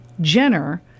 Jenner